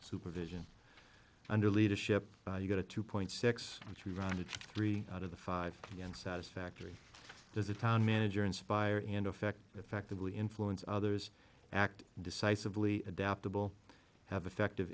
supervision under leadership you got a two point six which we run to three out of the five young satisfactory as a town manager inspire in effect effectively influence others act decisively adaptable have effective